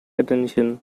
attention